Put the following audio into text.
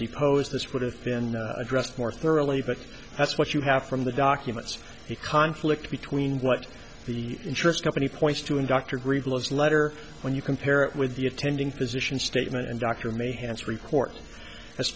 deposed this would have been addressed more thoroughly but that's what you have from the documents he conflict between what the insurance company points to and dr gridlock letter when you compare it with the attending physician statement and dr may hands report as